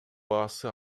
баасы